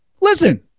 Listen